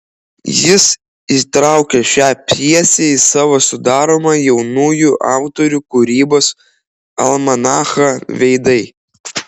jis įtraukė šią pjesę į savo sudaromą jaunųjų autorių kūrybos almanachą veidai